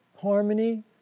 harmony